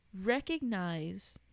recognize